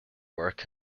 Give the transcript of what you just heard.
work